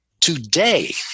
Today